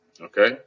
okay